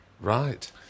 right